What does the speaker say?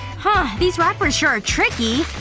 ah these wrappers sure are tricky.